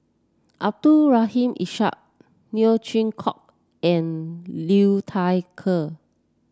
Abdul Rahim Ishak Neo Chwee Kok and Liu Thai Ker